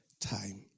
time